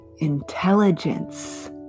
intelligence